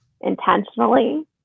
intentionally